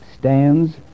Stands